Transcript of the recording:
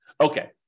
Okay